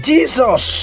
Jesus